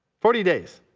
forty days,